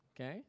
Okay